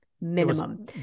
minimum